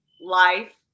life